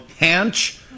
Hanch